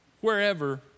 wherever